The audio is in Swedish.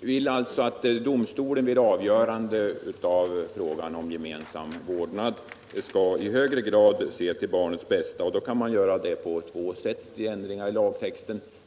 vill alltså att domstolen vid avgörande av frågan om gemensam vårdnad skall i högre grad se till barnets bästa, och då kan man ändra lagtexten på två sätt.